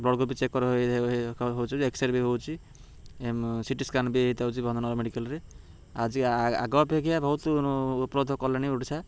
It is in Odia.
ବ୍ଲଡ୍ ଗ୍ରୁପ୍ ବି ଚେକ୍ କରାହେଉଛି ଏକ୍ସରେ ବି ହେଉଛି ସିଟି ସ୍କାାନ ବି ହେଉଛି ବନ୍ଧନ ମେଡିକାଲରେ ଆଜି ଆଗ ଅପେକ୍ଷା ବହୁତ ଉପଲୋଧ ହେଲାଣି ଓଡ଼ିଶା